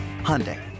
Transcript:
Hyundai